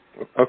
Okay